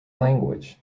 language